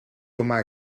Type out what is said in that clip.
humà